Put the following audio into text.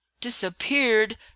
disappeared